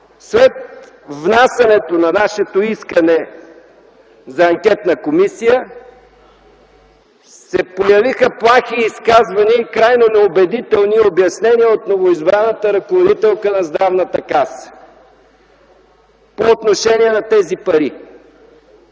след внасянето на нашето искане за анкетна комисия се появиха плахи изказвания и крайно неубедителни обяснения от новоизбраната ръководителка на Здравната каса по отношение на тези пари.